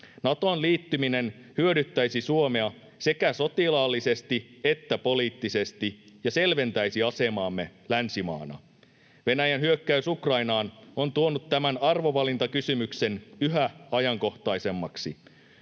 Natoon liittyminen hyödyttäisi Suomea sekä sotilaallisesti että poliittisesti ja selventäisi asemaamme länsimaana. Venäjän hyökkäys Ukrainaan on tuonut tämän arvovalintakysymyksen yhä ajankohtaisemmaksi.